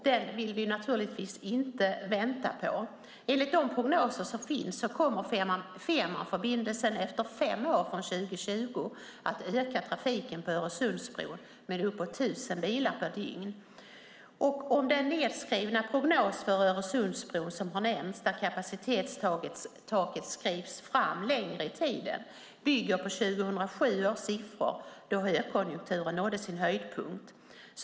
Den vill vi givetvis inte vänta på. Enligt de prognoser som finns kommer Fehmarnförbindelsen att efter fem år, från 2020, öka trafiken på Öresundsbron med uppemot tusen bilar per dygn. Den nedskrivna prognos för Öresundsbron som nämnts, där kapacitetstaket flyttas framåt i tiden, bygger på 2007 års siffror då högkonjunkturen nådde sin höjdpunkt.